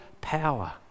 power